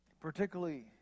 Particularly